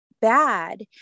bad